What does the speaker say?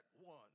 one